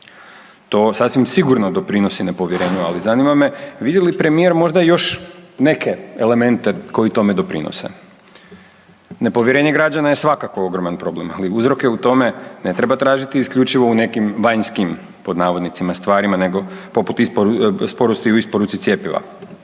To sasvim sigurno doprinosi nepovjerenju, ali zanima me vidi li premijer možda i još neke elemente koji tome doprinose. Nepovjerenje građana je svakako ogroman problem, ali uzroke u tome ne treba tražiti isključivo u nekim vanjskim pod navodnicima stvarima poput sporosti u isporuci cjepiva.